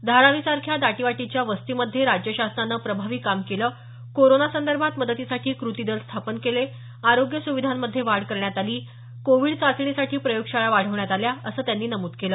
धारावीसारख्या दाटीवाटीच्या वस्तीमध्ये राज्य शासनानं प्रभावी काम केलं करोनासंदर्भात मदतीसाठी कृती दल स्थापन केले आरोग्य सुविधांमध्ये वाढ करण्यात आल कोविड चाचणी साठी प्रयोगशाळा वाढवण्यात आल्या असं त्यांनी नमूद केलं